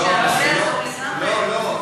לא.